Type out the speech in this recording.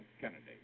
Kennedy